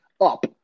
up